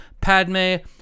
Padme